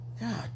God